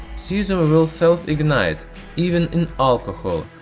cesium will self ignite even in alcohol,